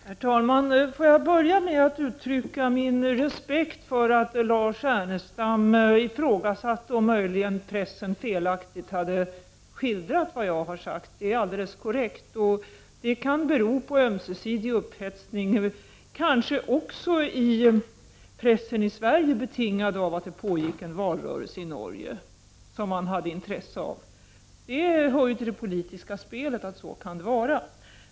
Herr talman! Får jag börja med att uttrycka min respekt för att Lars Ernestam ifrågasatte om pressen möjligen felaktigt hade skildrat vad jag sade. Det är helt korrekt. Det kan bero på ömsesidig upphetsning eller kanske på att pressen i Sverige var påverkad av att det pågick en valrörelse i Norge som man hade intresse av. Det hör till det politiska spelet.